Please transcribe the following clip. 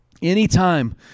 Anytime